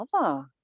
mother